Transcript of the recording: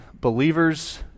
believers